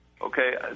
Okay